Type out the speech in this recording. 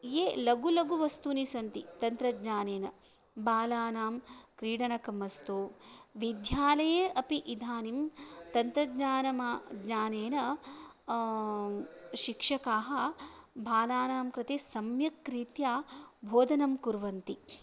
ये लघु लघु वस्तूनि सन्ति तन्त्रज्ञानेन बालानां क्रीडनकमस्तु विध्यालये अपि इदानीं तन्त्रज्ञानमा ज्ञानेन शिक्षकाः बालानां कृते सम्यक् रीत्या बोधनं कुर्वन्ति